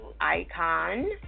Icon